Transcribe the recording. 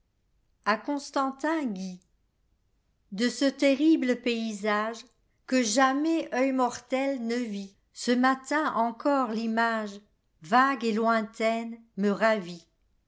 a coïstantin ct i de ce terrible paysage qr e jamais œil mortel ne vit ce matin encore l'image vague et lointaine me ravit